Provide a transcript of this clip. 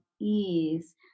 ease